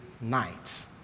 nights